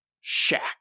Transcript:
shack